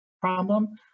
problem